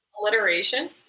Alliteration